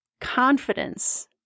confidence